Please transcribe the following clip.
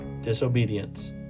disobedience